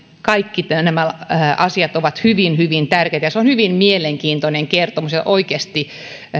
kaikki nämä asiat ovat hyvin hyvin tärkeitä se on hyvin mielenkiintoinen kertomus ja oikeasti